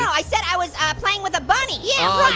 i said i was ah playing with a bunny. yeah.